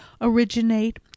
originate